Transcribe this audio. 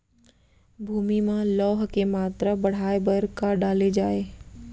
भूमि मा लौह के मात्रा बढ़ाये बर का डाले जाये?